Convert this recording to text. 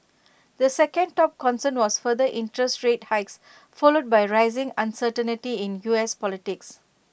the second top concern was further interest rate hikes followed by rising uncertainty in us politics